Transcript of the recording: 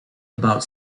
about